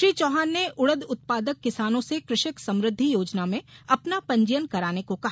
श्री चौहान ने उड़द उत्पादक किसानों से कृषक समृद्धि योजना में अपना पंजीयन कराने को कहा